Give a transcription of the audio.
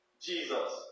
Jesus